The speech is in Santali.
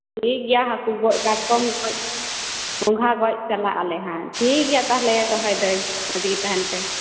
ᱴᱷᱤᱠᱜᱮᱭᱟ ᱦᱟᱹᱠᱩ ᱜᱚᱡ ᱠᱟᱴᱠᱚᱢ ᱜᱚᱡ ᱜᱚᱸᱜᱷᱟ ᱜᱚᱡ ᱪᱟᱞᱟᱜ ᱟᱞᱮ ᱦᱟᱸᱜ ᱦᱮᱸ ᱴᱷᱤᱠᱜᱮᱭᱟ ᱛᱟᱦᱞᱮ ᱫᱚᱦᱚᱭ ᱫᱟᱹᱧ ᱢᱚᱡᱽᱜᱮ ᱛᱟᱦᱮᱱ ᱯᱮ